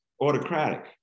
autocratic